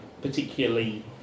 particularly